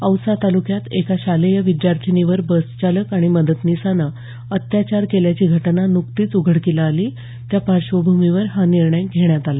औसा तालुक्यात एका शालेय विद्यार्थिनीवर बसचालक आणि मदतनिसानं अत्याचार केल्याची घटना न्कतीच उघडकीस आली त्या पार्श्वभूमीवर हा निर्णय घेण्यात आला